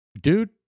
Dude